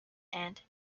hand